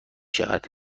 شود